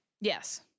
Yes